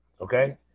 Okay